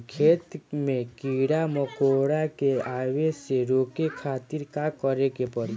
खेत मे कीड़ा मकोरा के आवे से रोके खातिर का करे के पड़ी?